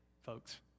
folks